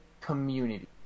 community